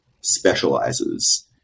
specializes